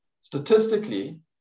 Statistically